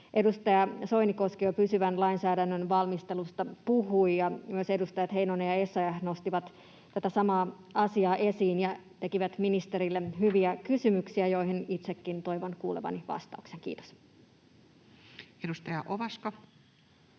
Edustaja Soinikoski puhui jo pysyvän lainsäädännön valmistelusta, ja myös edustajat Heinonen ja Essayah nostivat tätä samaa asiaa esiin ja tekivät ministerille hyviä kysymyksiä, joihin itsekin toivon kuulevani vastauksen. — Kiitos. Edustaja Ovaska.